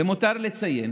למותר לציין